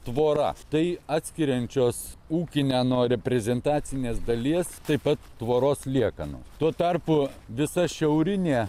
tvora tai atskiriančios ūkinę nuo reprezentacinės dalies taip pat tvoros liekanų tuo tarpu visa šiaurinė